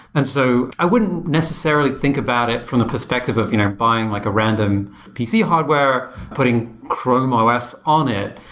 and so i wouldn't necessarily think about it from the perspective of buying like a random pc hardware putting chrome os on it.